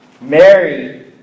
Mary